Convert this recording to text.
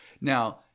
Now